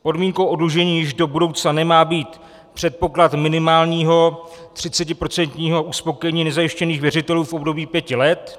Podmínkou oddlužení již do budoucna nemá být předpoklad minimálního třicetiprocentního uspokojení nezajištěných věřitelů v období pěti let.